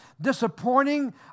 disappointing